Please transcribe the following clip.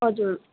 हजुर